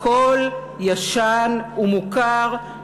הכול ישן ומוכר,